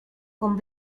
con